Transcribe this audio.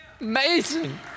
Amazing